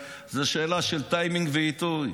זו שאלה של טיימינג ועיתוי.